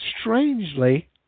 strangely